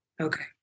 Okay